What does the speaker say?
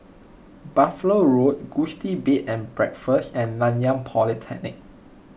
Buffalo Road Gusti Bed and Breakfast and Nanyang Polytechnic